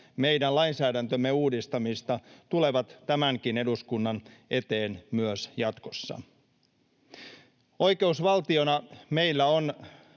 meidän lainsäädäntömme uudistamista, tulevat tämänkin eduskunnan eteen myös jatkossa. Oikeusvaltiona meillä on